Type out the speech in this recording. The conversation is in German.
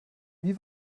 wie